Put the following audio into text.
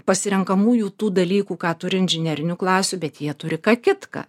pasirenkamųjų tų dalykų ką turi inžinerinių klasių bet jie turi ką kitką